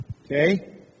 Okay